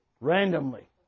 randomly